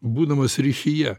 būdamas ryšyje